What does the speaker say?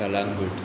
Calangute